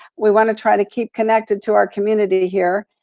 we want to try to keep connected to our community here,